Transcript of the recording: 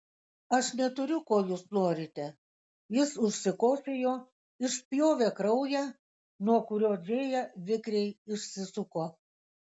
aš neturiu ko jūs norite jis užsikosėjo išspjovė kraują nuo kurio džėja vikriai išsisuko